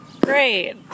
Great